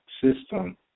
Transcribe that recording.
system